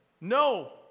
no